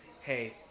hey